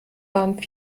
waren